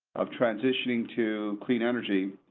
of transitioning to clean energy.